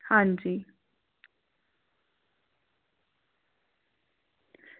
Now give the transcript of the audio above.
हां जी